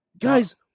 Guys